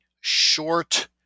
short